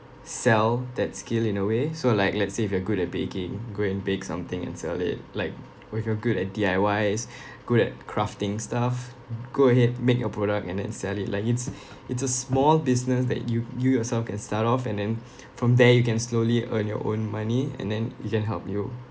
sell that skill in a way so like let's say if you're good at baking go and bake something and sell it like or if you're good at D_I_Ys good at crafting stuff go ahead make your product and then sell it like it's it's a small business that you you yourself can start off and then from there you can slowly earn your own money and then it can help you